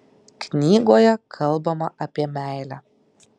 knygoje kalbama apie meilę